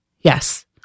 Yes